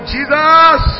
Jesus